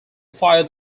fire